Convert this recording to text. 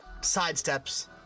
sidesteps